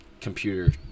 computer